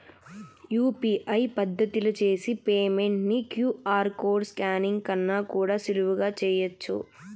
UPI పద్దతిల చేసి payment ని క్యూ.ఆర్ కోడ్ స్కానింగ్ కన్నా కూడా సులువుగా చేయచ్చు